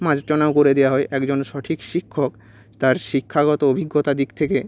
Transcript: মার্জনাও করে দেওয়া হয় একজন সঠিক শিক্ষক তার শিক্ষাগত অভিজ্ঞতা দিক থেকে